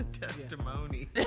Testimony